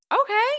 Okay